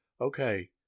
okay